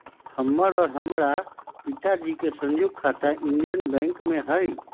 हमर और हमरा पिताजी के संयुक्त खाता इंडियन बैंक में हई